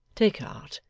take heart.